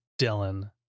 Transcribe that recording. Dylan